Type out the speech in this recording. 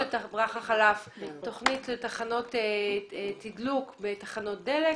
תוכנית לתחנות תדלוק בתחנות דלק.